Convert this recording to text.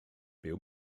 byw